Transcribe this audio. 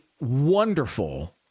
wonderful